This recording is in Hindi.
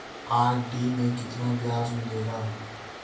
आर.डी में कितना ब्याज मिलेगा?